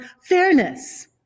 fairness